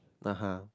(uh huh)